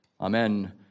Amen